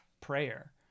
prayer